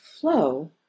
flow